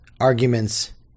arguments